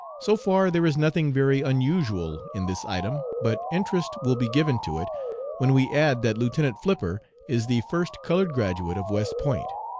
so far there is nothing very unusual in this item, but interest will be given to it when we add that lieutenant flipper is the first colored graduate of west point.